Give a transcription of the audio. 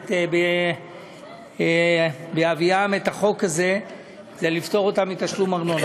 הכנסת בהביאם את החוק הזה היא לפטור אותם מתשלום ארנונה.